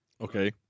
Okay